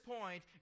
point